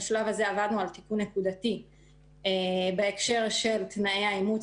בשלב הזה עבדנו על תיקון נקודתי בהקשר של תנאי האימוץ